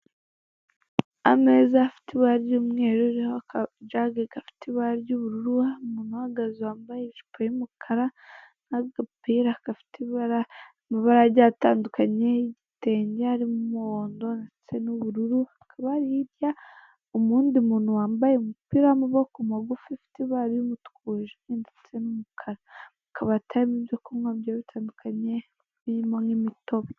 Ameza afite ibara ry'umweru ririho aka jage gafite ibara ry'ubururu hari umuntu uhagaze wambaye ijipo yumukara n'agapira gafite ibara, amabara agiye atandukanye y'igitenge harimo umuhondo ndetse n'ubururu hakaba hari hirya uwundi muntu wambaye umupira w'amaboko magufi ufite ibara ry'umutuku wijimye ndetse n'umukara, mu kabati harimo ibyo kunywa bigiye bitandukanye birimo nk'imitobe.